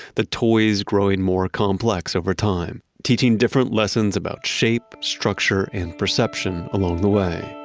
the toys growing more complex over time, teaching different lessons about shape, structure, and perception along the way